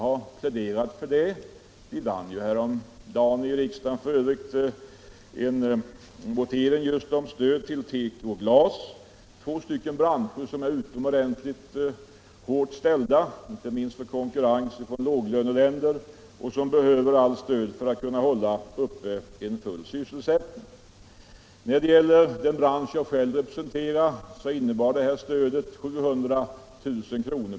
häromdagen en votering i riksdagen just om stöd till teko och glasindustrin, två branscher som är utomordentligt utsatta, inte minst för konkurrens från låglöneländer, och behöver allt stöd för att hålla uppe en full sysselsättning. För den bransch jag själv representerar innebar det här stödet 700 000 kr.